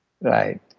Right